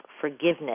forgiveness